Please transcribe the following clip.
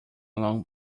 along